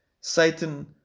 satan